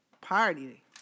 party